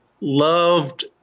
loved